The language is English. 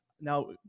now